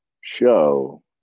show